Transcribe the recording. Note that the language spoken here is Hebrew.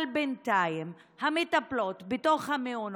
אבל בינתיים המטפלות בתוך המעונות,